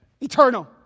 Eternal